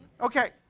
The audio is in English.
okay